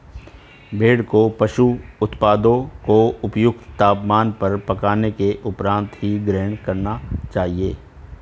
भेड़ को पशु उत्पादों को उपयुक्त तापमान पर पकाने के उपरांत ही ग्रहण करना चाहिए